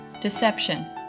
deception